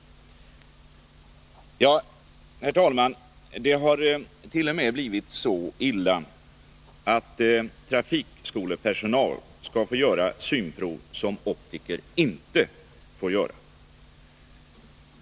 Herr talman! Det har t.o.m. blivit så illa att trafikskolepersonal skall få göra synprov som optiker inte får göra.